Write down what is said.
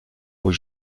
aux